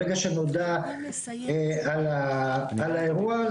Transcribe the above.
ברגע שנודע על האירוע.